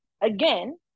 Again